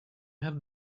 have